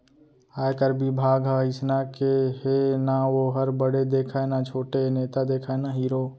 आयकर बिभाग ह अइसना हे के ना वोहर बड़े देखय न छोटे, नेता देखय न हीरो